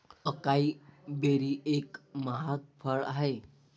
acai berry एक महाग फळ आहे